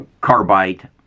carbide